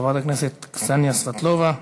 חברת הכנסת קסניה סבטלובה.